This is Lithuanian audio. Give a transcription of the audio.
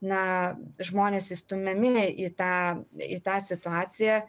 na žmonės įstumiami į tą į tą situaciją